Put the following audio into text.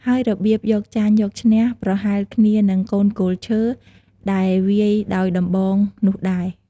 ហើយរបៀបយកចាញ់យកឈ្នះ ប្រហែលគ្នានឹងកូនគោលឈើ ដែលវាយដោយដំបងនោះដែរ។